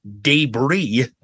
debris